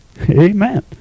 Amen